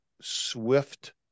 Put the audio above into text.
swift